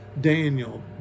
Daniel